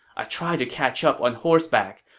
i tried to catch up on horseback,